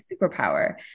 superpower